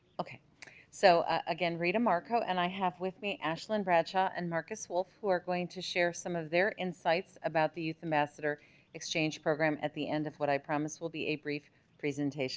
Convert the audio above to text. okay so again rita marco and i have with me ashlynn bradshaw and marcus wolf who are going to share some of their insights about the youth ambassador exchange program at the end of what i promised will be a brief presentation